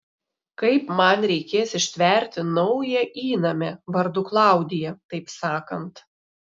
kaip man reikės ištverti naują įnamę vardu klaudija taip sakant